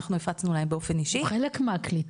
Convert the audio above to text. אנחנו הפצנו להם באופן אישי -- חלק מהקליטה,